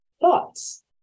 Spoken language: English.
thoughts